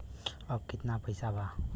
अब कितना पैसा बा?